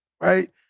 right